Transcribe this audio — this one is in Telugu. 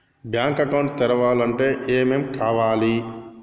బ్యాంక్ అకౌంట్ తెరవాలంటే ఏమేం కావాలి?